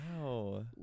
Wow